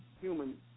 human